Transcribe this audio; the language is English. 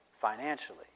financially